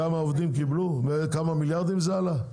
כמה עובדים קיבלו וכמה מיליארדים זה עלה?